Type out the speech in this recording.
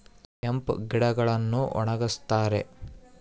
hemp ಗಿಡಗಳನ್ನು ಒಣಗಸ್ತರೆ